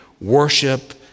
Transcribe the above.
worship